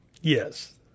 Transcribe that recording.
Yes